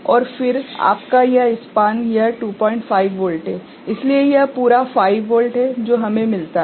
और फिर आपका यह स्पान यह 25 वोल्ट है इसलिए यह पूरा 5 वोल्ट है जो हमें मिलता है